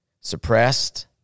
suppressed